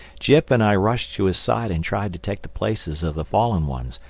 jip and i rushed to his side and tried to take the places of the fallen ones.